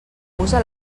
usa